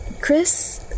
Chris